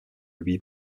lui